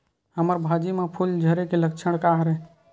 हमर भाजी म फूल झारे के लक्षण का हरय?